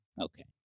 Okay